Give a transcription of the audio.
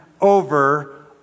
over